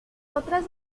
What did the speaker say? otras